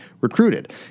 recruited